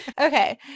Okay